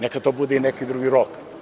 Neka to bude i neki drugi rok.